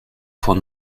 font